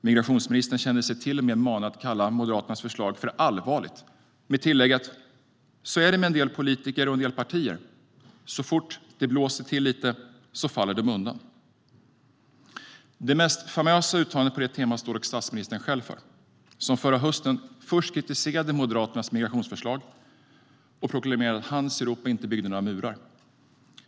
Migrationsministern kände sig till och med manad att kalla Moderaternas förslag "allvarligt", med tillägget: "Så är det med en del politiker och en del partier, så fort det blåser till lite så faller de undan." Det mest famösa uttalandet på detta tema stod dock statsministern själv för. Förra hösten kritiserade han Moderaternas migrationsförslag och proklamerade att hans Europa inte bygger några murar.